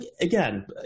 again